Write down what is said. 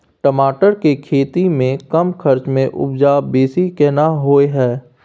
टमाटर के खेती में कम खर्च में उपजा बेसी केना होय है?